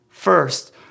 First